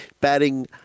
batting